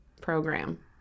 program